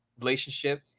relationship